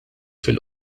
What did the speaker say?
fil